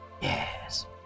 Yes